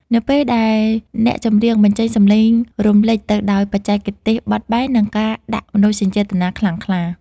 នៅពេលដែលអ្នកចម្រៀងបញ្ចេញសម្លេងរំលេចទៅដោយបច្ចេកទេសបត់បែន និងការដាក់មនោសញ្ចេតនាខ្លាំងក្លា